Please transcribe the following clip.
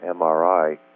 MRI